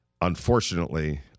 unfortunately –